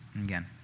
again